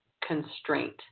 constraint